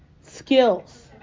skills